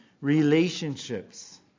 relationships